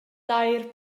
dair